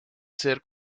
ser